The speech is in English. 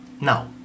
Now